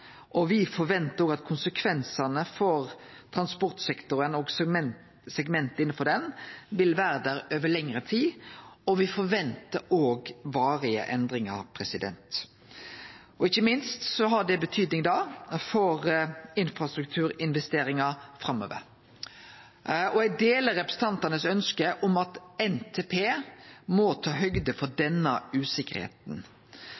og me forventar òg at konsekvensane for transportsektoren og segment innanfor den, vil vere der over lengre tid – og me forventar òg varige endringar. Det har ikkje minst betydning for infrastrukturinvesteringar framover, og eg deler ønsket frå representantane om at NTP må ta høgd for